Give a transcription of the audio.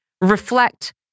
reflect